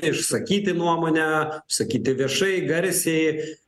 išsakyti nuomonę sakyti viešai garsiai